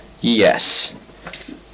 Yes